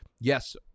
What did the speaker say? yes